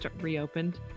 reopened